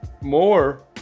more